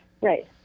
right